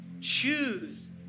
Choose